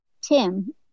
Tim